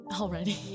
Already